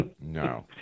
No